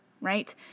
right